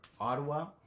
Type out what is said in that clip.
Ottawa